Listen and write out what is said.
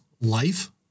life